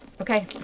Okay